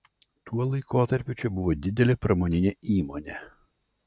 tuo laikotarpiu čia buvo didelė pramoninė įmonė